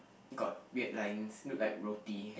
got weird lines look like roti